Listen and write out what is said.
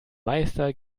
meister